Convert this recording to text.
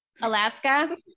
Alaska